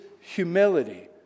humility